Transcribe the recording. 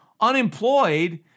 unemployed